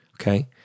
Okay